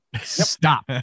Stop